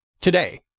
Today